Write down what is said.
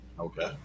okay